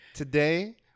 Today